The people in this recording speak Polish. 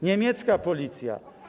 Niemiecka policja.